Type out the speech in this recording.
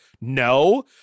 No